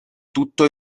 tutto